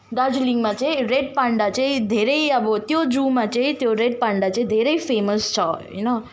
दार्जिलिङमा चाहिँ red panda चाहिँ धेरै अब त्यो जूमा चाहिँ त्यो रेड पान्डा चाहिँ धेरै फेमस छ होइन